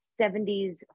70s